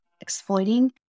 exploiting